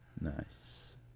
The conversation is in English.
Nice